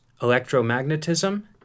electromagnetism